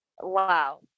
Wow